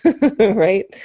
right